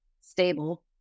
stable